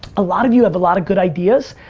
a lot of you have a lot of good ideas.